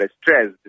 stressed